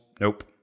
nope